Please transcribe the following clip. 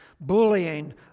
bullying